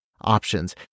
options